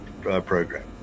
program